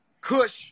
Kush